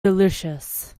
delicious